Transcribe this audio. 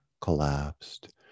collapsed